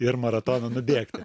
ir maratoną nubėgti